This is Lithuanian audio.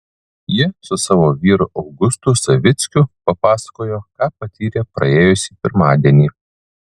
ji su savo vyru augustu savickiu papasakojo ką patyrė praėjusį pirmadienį